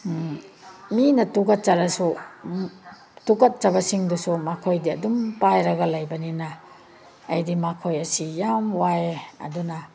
ꯃꯤꯅ ꯇꯨꯀꯠꯆꯔꯁꯨ ꯇꯨꯀꯠꯆꯕꯁꯤꯁꯡꯗꯨꯁꯨ ꯃꯈꯣꯏꯗꯤ ꯑꯗꯨꯝ ꯄꯥꯏꯔꯒ ꯂꯩꯕꯅꯤꯅ ꯑꯩꯗꯤ ꯃꯈꯣꯏ ꯑꯁꯤ ꯌꯥꯝ ꯋꯥꯏꯌꯦ ꯑꯗꯨꯅ